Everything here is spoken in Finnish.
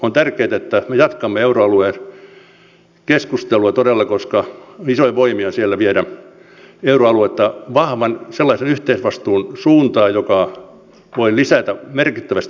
on tärkeätä että me todella jatkamme euroaluetta koskevaa keskustelua koska siellä on isoja voimia viemässä euroaluetta sellaisen vahvan yhteisvastuun suuntaan joka voi lisätä merkittävästi moraalikatoa